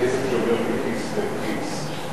כסף שעובר מכיס לכיס.